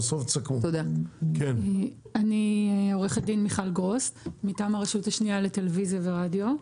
--- אני עורכת דין מיכל גרוס מטעם הרשות השנייה לטלוויזיה ורדיו.